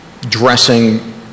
dressing